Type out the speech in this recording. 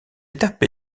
étape